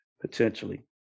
potentially